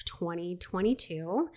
2022